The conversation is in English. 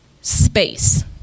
space